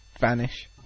vanish